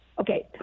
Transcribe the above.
Okay